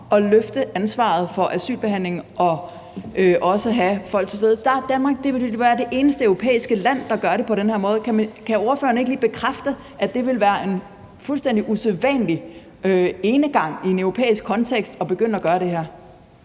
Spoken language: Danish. at løfte ansvaret for asylbehandlingen og også at have folk til stede, vil Danmark jo være det eneste europæiske land, der gør det på den her måde. Kan ordføreren ikke lige bekræfte, at det vil være en fuldstændig usædvanlig enegang i en europæisk kontekst at begynde at gøre det her?